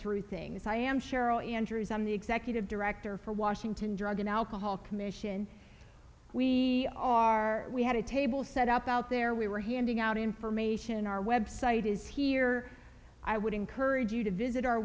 through things i am cheryl andrews i'm the executive director for washington drug and alcohol commission we are we had a table set up out there we were handing out information our website is here i would encourage you to visit our